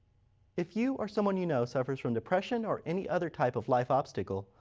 if you or someone you know suffers from depression or any other type of life obstacle,